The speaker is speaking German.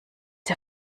der